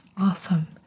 awesome